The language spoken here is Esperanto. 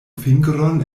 fingron